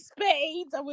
spades